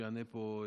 שיענה פה,